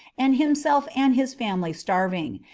and himself and his family starving,